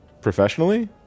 professionally